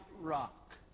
rock